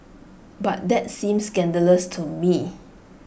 but that seems scandalous to me